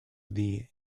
thee